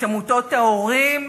את עמותות ההורים,